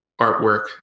artwork